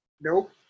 Nope